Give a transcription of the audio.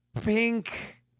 pink